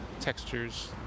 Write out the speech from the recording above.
textures